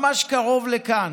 ממש קרוב לכאן,